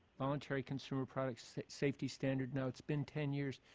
voluntary consumer product safety standard. now, it's been ten years.